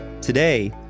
Today